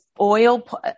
oil